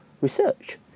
research